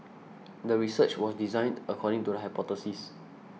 the research was designed according to the hypothesis